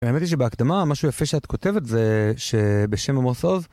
האמת היא שבהקדמה, מה שיפה שאת כותבת זה שבשם עמוס עוז...